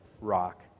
rock